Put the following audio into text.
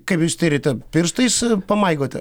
kaip jūs tiriate pirštais pamaigote